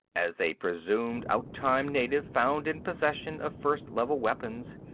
as a presumed outtime native found in possession of first level weapons.